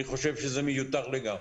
אני חושב שזה מיותר לגמרי,